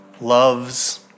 loves